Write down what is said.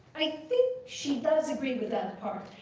i think she does agree with that part.